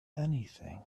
anything